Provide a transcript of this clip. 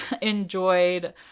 enjoyed